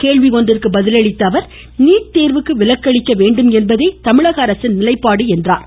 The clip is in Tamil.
கேள்வி ஒன்றுக்கு பதில் அளித்த அவர் நீட் தேர்வுக்கு விலக்கு அளிக்க வேண்டும் என்பதே தமிழக அரசின் நிலைப்பாடு என்றார்